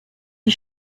die